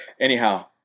anyhow